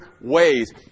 ways